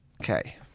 Okay